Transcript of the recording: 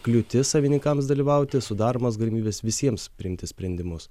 kliūtis savininkams dalyvauti sudaromos galimybės visiems priimti sprendimus